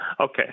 Okay